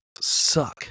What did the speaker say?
suck